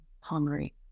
hungry